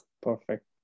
Perfect